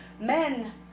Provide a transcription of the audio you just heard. Men